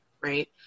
right